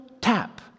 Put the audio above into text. tap